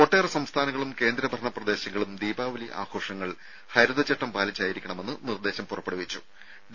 ഒട്ടേറെ സംസ്ഥാനങ്ങളും കേന്ദ്രഭരണ പ്രദേശങ്ങളും ദീപാവലി ആഘോഷങ്ങൾ ഹരിതചട്ടം പാലിച്ചായിരിക്കണമെന്ന് നിർദ്ദേശം പുറപ്പെടുവിച്ചിട്ടുണ്ട്